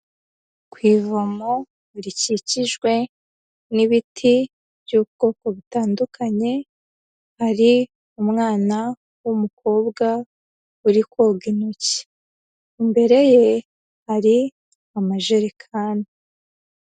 Ku ivomo rikikijwe n'ibiti by'ubwoko butandukanye, hari umwana w'umukobwa uri koga intoki, imbere ye hari amajerekani.